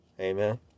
Amen